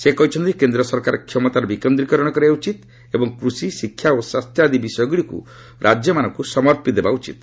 ସେ କହିଛନ୍ତି କେନ୍ଦ୍ ସରକାର କ୍ଷମତାର ବିକେନ୍ଦ୍ରିକରଣ କରିବା ଉଚିତ ଏବଂ କୃଷି ଶିକ୍ଷା ଓ ସ୍ୱାସ୍ଥ୍ୟ ଆଦି ବିଷୟଗୁଡ଼ିକୁ ରାଜ୍ୟମାନଙ୍କୁ ସମର୍ପି ଦେବା ଉଚିତ